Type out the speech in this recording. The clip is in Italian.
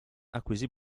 acquisì